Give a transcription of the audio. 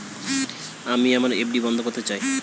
আমি আমার এফ.ডি বন্ধ করতে চাই